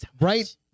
Right